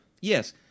Yes